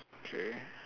okay